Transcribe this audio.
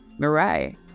Mirai